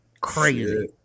Crazy